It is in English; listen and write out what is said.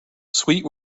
sweet